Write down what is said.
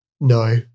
No